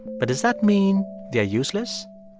but does that mean they're useless?